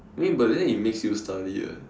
I mean but then it makes you study eh